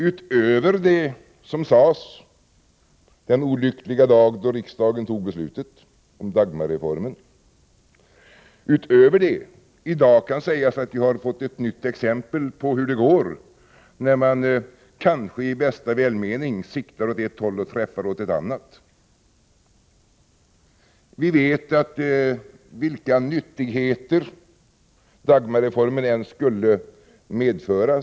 Utöver det som sades den olyckliga dag då riksdagen fattade beslutet om Dagmarreformen kan det i dag sägas att vi har fått ett nytt exempel på hur det går när man, kanske i bästa välmening, siktar åt ett håll och träffar åt ett annat. Vi vet att Dagmarreformen inte har medfört de nyttigheter som den sades komma att medföra.